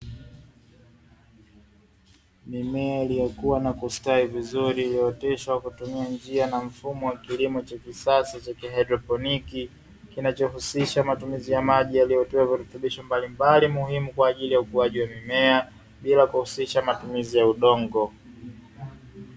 Mimea iliyokua na kustawi vizuri iliyooteshwa kwa kutumia njia na mfumo wa kilimo cha kisasa cha "kihaidroponi", kinachohusisha matumizi ya maji yaliyotiwa virutubisho mbalimbali muhimu kwa ajili ya ukuaji wa mimea bila kuhusisha matumizi ya udongo.